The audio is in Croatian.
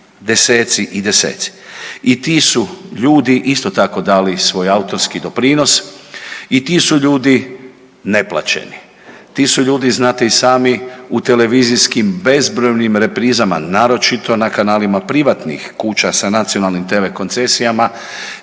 deseci i deseci. I ti su ljudi isto tako dali svoj autorski doprinos i ti su ljudi neplaćeni, ti su ljudi znate i sami u televizijskim bezbrojnim reprizama, naročito na kanalima privatnih kuća sa nacionalnim TV koncesijama